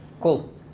Cool